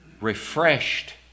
refreshed